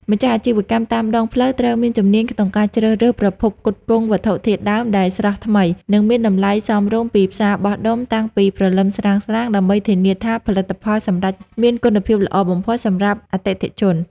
ម្ចាស់អាជីវកម្មតាមដងផ្លូវត្រូវមានជំនាញក្នុងការជ្រើសរើសប្រភពផ្គត់ផ្គង់វត្ថុធាតុដើមដែលស្រស់ថ្មី និងមានតម្លៃសមរម្យពីផ្សារបោះដុំតាំងពីព្រលឹមស្រាងៗ ដើម្បីធានាថាផលិតផលសម្រេចមានគុណភាពល្អបំផុតសម្រាប់អតិថិជន។